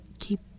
keep